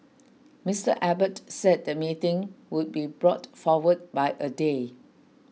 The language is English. Mr Abbott said the meeting would be brought forward by a day